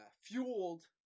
fueled